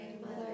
Mother